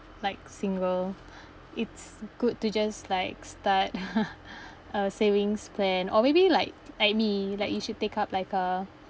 like single it's good to just like start a savings plan or maybe like like me like you should take up like a